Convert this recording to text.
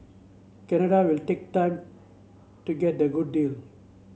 Canada will take time to get a good deal